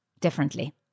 differently